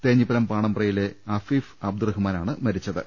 തേഞ്ഞിപ്പലം പാണമ്പ്രയിലെ അഫീഫ് അബ്ദുറഹിമാനാണ് മരിച്ചത്